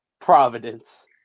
Providence